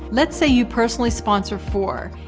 let's say you personally sponsor four,